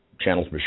channels